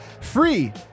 Free